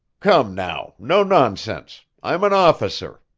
come now, no nonsense i'm an officer.